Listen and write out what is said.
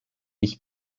ich